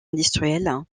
industrielle